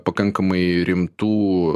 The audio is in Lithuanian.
pakankamai rimtų